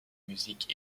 musique